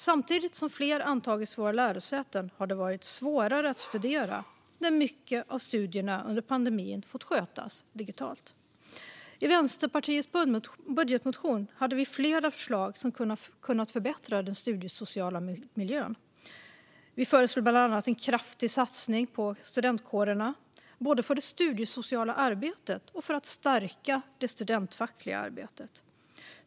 Samtidigt som fler antagits till våra lärosäten har det varit svårare att studera när mycket av studierna under pandemin fått skötas digitalt. I Vänsterpartiets budgetmotion hade vi flera förslag som hade kunnat förbättra den studiesociala miljön. Vi föreslog bland annat en kraftig satsning på studentkårerna, både för det studiesociala arbetet och för att stärka det studentfackliga arbetet.